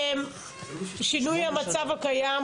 שינוי המצב הקיים,